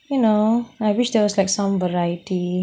you know I wish there was like some varieties